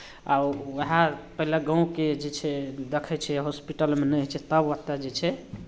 आ उएह पहिले गाँवके जे छै देखै छै हॉस्पिटलमे नहि होइ छै तब ओतय जे छै